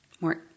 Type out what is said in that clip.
more